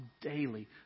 daily